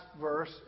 verse